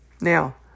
Now